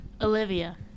Olivia